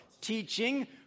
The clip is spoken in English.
teaching